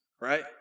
right